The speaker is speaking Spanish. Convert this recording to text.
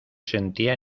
sentía